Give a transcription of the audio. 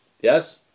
Yes